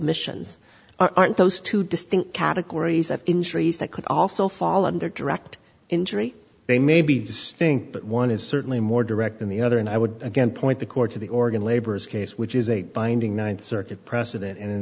admissions aren't those two distinct categories of injuries that could also fall under direct injury they may be distinct but one is certainly more direct than the other and i would again point the court to the organ labor's case which is a binding th circuit precedent and in